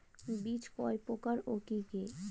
বীজ কয় প্রকার ও কি কি?